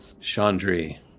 Chandri